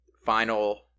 final